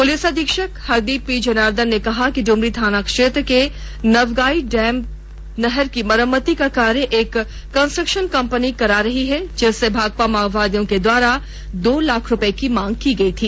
police अधीक्षक Hardeep P Janardhanan ने कहा कि ड्मरी थाना क्षेत्र के नवगाई डैम का नहर का मरम्मती का कार्य एक कंस्ट्रक्शन कंपनी करा रही है जिससे भाकपा माओवादियों के द्वारा दो लाख रुपये की मांग की गई थी